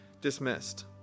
dismissed